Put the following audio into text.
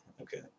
okay